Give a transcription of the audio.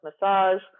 massage